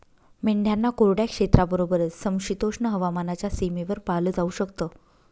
मेंढ्यांना कोरड्या क्षेत्राबरोबरच, समशीतोष्ण हवामानाच्या सीमेवर पाळलं जाऊ शकत